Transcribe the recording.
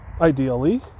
ideally